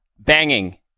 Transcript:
Banging